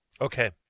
Okay